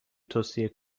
توصیه